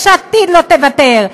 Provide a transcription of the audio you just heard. יש עתיד לא תוותר,